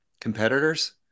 competitors